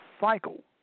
cycle